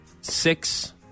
six